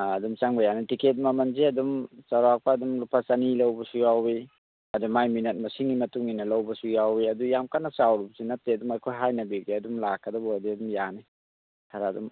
ꯑꯗꯨꯝ ꯆꯪꯕ ꯌꯥꯅꯤ ꯇꯤꯛꯀꯦꯠ ꯃꯃꯜꯁꯦ ꯑꯗꯨꯝ ꯆꯥꯎꯔꯥꯛꯄ ꯑꯗꯨꯝ ꯂꯨꯄꯥ ꯆꯥꯅꯤ ꯂꯧꯕꯁꯨ ꯌꯥꯎꯏ ꯑꯗꯨ ꯃꯥꯏ ꯃꯤꯅꯠ ꯃꯁꯤꯡꯒꯤ ꯃꯇꯨꯡ ꯏꯟꯅ ꯂꯧꯕꯁꯨ ꯌꯥꯎꯏ ꯑꯗꯨ ꯌꯥꯝ ꯀꯟꯅ ꯆꯥꯎꯕꯁꯨ ꯅꯠꯇꯦ ꯑꯗꯨꯅ ꯑꯩꯈꯣꯏ ꯍꯥꯏꯅꯕꯤꯒꯦ ꯑꯗꯨꯝ ꯂꯥꯛꯀꯗꯕ ꯑꯣꯏꯗꯤ ꯑꯗꯨꯝ ꯌꯥꯅꯤ ꯈꯔ ꯑꯗꯨꯝ